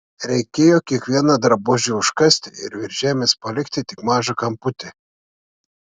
reikėjo kiekvieną drabužį užkasti ir virš žemės palikti tik mažą kamputį